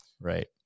Right